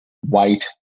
white